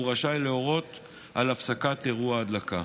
הוא רשאי להורות על הפסקת אירוע הדלקה.